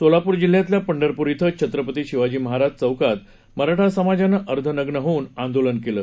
सोलापूर जिल्ह्यातल्या पंढरपूर इथं छत्रपती शिवाजी महाराज चौकात मराठा समाजानं अर्ध नग्न होऊन आंदोलन केलं